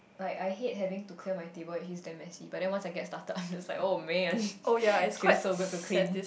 like I hate having to clear my table if it's damn messy but then once I get started I'm just like oh man seems so good to clean